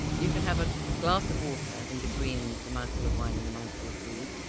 you can have a glass of water in between the mouthful of wine and the mouthful of food,